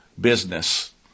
business